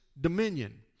dominion